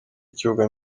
ikibuga